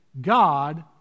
God